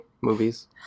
movies